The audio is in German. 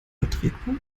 vertretbar